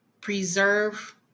preserve